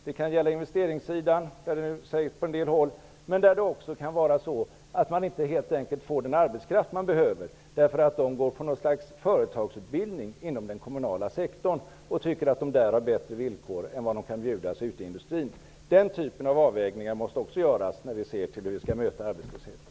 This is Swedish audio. Det kan gälla investeringssidan på en del håll, där det också kan vara så att man helt enkelt inte får de personer man behöver, därför att de går på något slags företagsutbildning inom den kommunala sektorn och tycker att de där har bättre villkor än vad som erbjuds ute i industrin. Den typen av avvägningar måste också göras när vi ser till hur vi skall möta arbetslösheten.